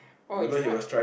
oh he's not